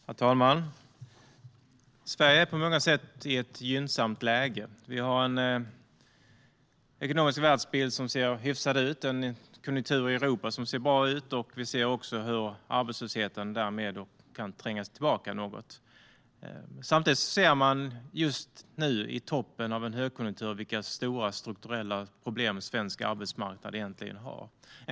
Herr talman! Sverige är på många sätt i ett gynnsamt läge. Vi har en ekonomisk världsbild som ser hyfsad ut och en konjunktur i Europa som ser bra ut, och vi ser också hur arbetslösheten därmed kan trängas tillbaka något. Samtidigt ser man just nu, på toppen av en högkonjunktur, vilka stora strukturella problem svensk arbetsmarknad egentligen har.